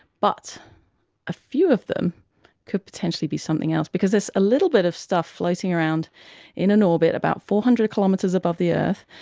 but a few of them could potentially be something else because there's a little bit of stuff floating around in an orbit about four hundred kilometres above the earth,